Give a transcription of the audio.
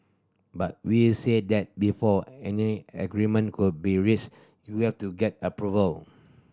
but we said that before any agreement could be reached you have to get approval